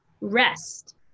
rest